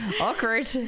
Awkward